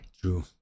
True